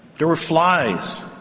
there were flies,